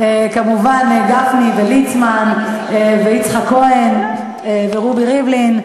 כמובן גפני, וליצמן, ויצחק כהן, ורובי ריבלין.